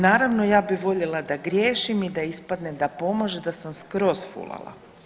Naravno ja bih voljela da griješim i da ispadne da pomaže, da sam skroz fulala.